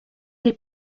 les